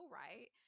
right